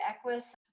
Equus